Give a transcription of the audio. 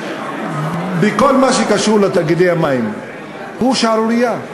בכל מה שקשור לתאגידי המים הוא שערורייה.